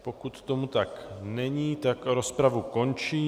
Pokud tomu tak není, rozpravu končím.